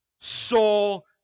soul